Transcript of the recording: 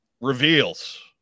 reveals